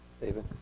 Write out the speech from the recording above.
David